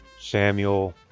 Samuel